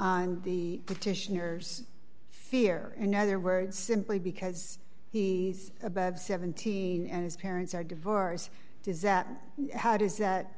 on the petitioners fear in other words simply because he's above seventy and his parents are divorced does that how does that